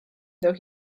though